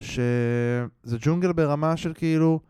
שזה ג'ונגל ברמה של כאילו...